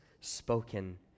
spoken